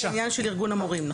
תודה רבה.